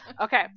okay